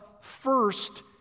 first